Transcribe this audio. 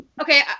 Okay